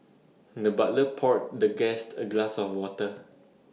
the butler poured the guest A glass of water